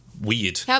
weird